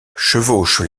chevauche